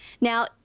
Now